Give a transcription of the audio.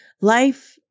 life